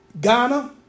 Ghana